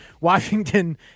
Washington